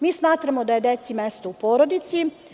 Mi smatramo da je deci mesto u porodici.